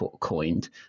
coined